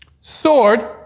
sword